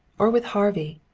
or, with harvey.